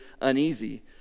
uneasy